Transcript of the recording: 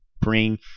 bring